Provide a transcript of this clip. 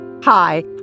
Hi